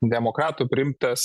demokratų priimtas